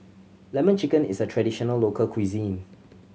Lemon Chicken is a traditional local cuisine